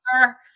sir